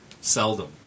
seldom